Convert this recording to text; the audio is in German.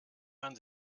man